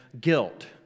guilt